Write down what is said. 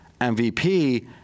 MVP